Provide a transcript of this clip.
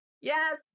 Yes